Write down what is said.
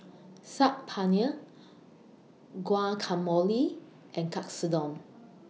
Saag Paneer Guacamole and Katsudon